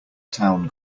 town